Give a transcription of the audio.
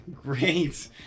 Great